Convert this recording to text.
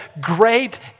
great